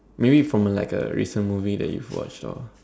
maybe from like a recent movie that you've watched or